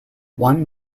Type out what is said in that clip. one